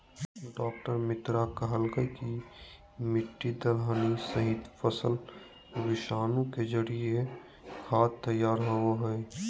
डॉ मित्रा कहलकय कि मिट्टी, दलहनी सहित, फसल विषाणु के जरिए खाद तैयार होबो हइ